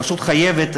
פשוט חייבת,